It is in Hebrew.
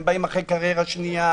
הם באים אחרי קריירה שנייה,